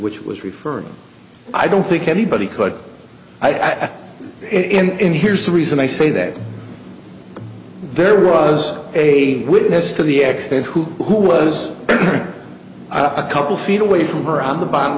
which was referring i don't think anybody could i get in here's the reason i say that there was a witness to the expert who who was a couple feet away from her on the bottom